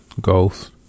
Ghost